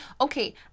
okay